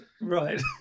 Right